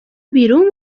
بیرون